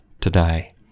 today